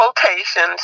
quotations